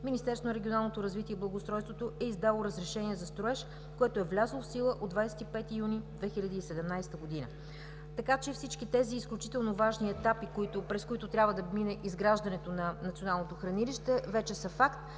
Министерството на регионалното развитие и благоустройството е издало разрешение за строеж, което е влязло в сила от 25 юни 2017 г. Така че всички тези важни етапи, през които трябва да мине изграждането на националното хранилище, вече са факт